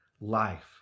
life